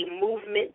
movement